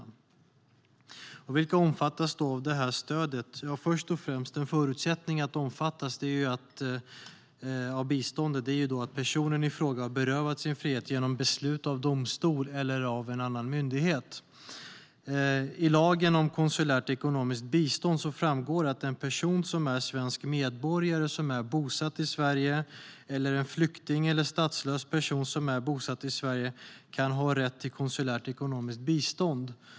Vilka omfattas då av det här stödet? En förutsättning för att omfattas av biståndet är först och främst att personen i fråga har berövats sin frihet genom beslut av domstol eller annan myndighet. I lagen om konsulärt ekonomiskt bistånd framgår det att en svensk medborgare som är bosatt i Sverige eller en flykting eller statslös person som är bosatt i Sverige kan ha rätt till konsulärt ekonomiskt bistånd.